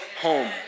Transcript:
home